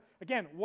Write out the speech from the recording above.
Again